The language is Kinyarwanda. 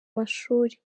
mashuri